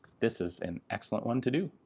this is an excellent one to do.